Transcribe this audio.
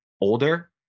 older